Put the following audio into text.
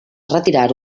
retirar